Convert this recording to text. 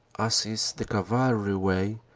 as is the cavalry way.